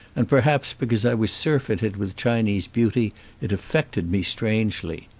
and perhaps because i was surfeited with chinese beauty it affected me strangely.